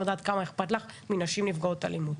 אני יודעת כמה אכפת לך מנשים נפגעות אלימות.